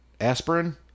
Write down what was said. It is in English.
Aspirin